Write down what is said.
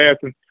passing